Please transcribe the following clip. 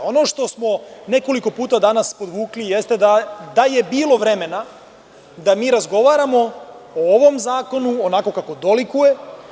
Ono što smo nekoliko puta danas podvukli, jeste da je bilo vremena da mi razgovaramo o ovom zakonu onako kako dolikuje.